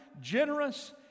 generous